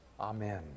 Amen